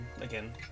Again